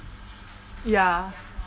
ya